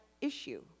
issue